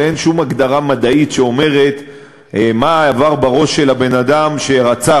ואין שום הגדרה מדעית שאומרת מה עבר בראש של הבן-אדם שרצח,